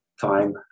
time